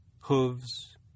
hooves